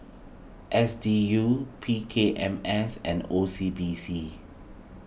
S D U P K M S and O C B C